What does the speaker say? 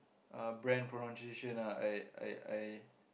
uh brand pronunciation ah I I I